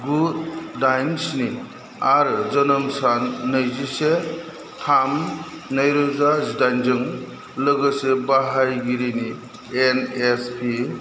गु दाइन सिनि आरो जोनोम सान नैजिसे थाम नैरोजा जिदाइनजों लोगोसे बाहायगिरिनि एन एस पि